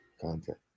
content